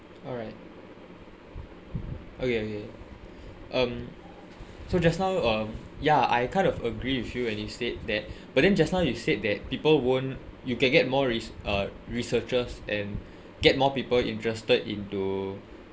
okay ya alright okay okay um so just now uh ya I kind of agree with you when you said that but then just now you said that people won't you can get more re~ uh researchers and get more people interested into